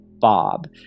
Bob